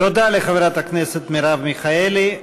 תודה לחברת הכנסת מרב מיכאלי.